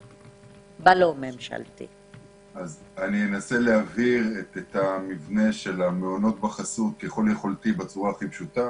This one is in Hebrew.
אני אנסה להבהיר את המבנה של המעונות בחסות ככל יכולתי בצורה הכי פשוטה.